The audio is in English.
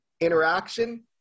interaction